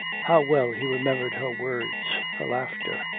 how well he remembered her words, her laughter!